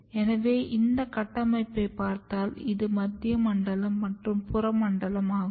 எனவே இந்த கட்டமைப்பை பார்த்தால் இது மத்திய மண்டலம் மற்றும் புற மண்டலம் ஆகும்